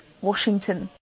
Washington